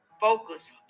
focus